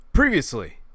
Previously